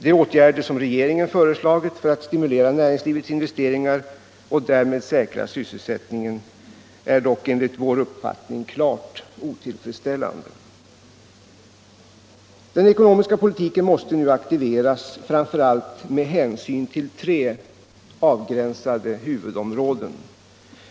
De åtgärder som regeringen föreslagit för att stimulera näringslivets investeringar och därmed säkra sysselsättningen är enligt vår uppfattning klart otillfredsställande. Den ekonomiska politiken måste nu aktiveras framför allt med hänsyn till tre avgränsade huvudområden.